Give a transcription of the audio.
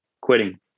quitting